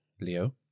Leo